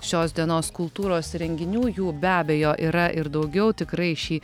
šios dienos kultūros renginių jų be abejo yra ir daugiau tikrai šį